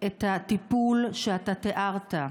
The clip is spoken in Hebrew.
את הטיפול שאתה תיארת,